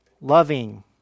loving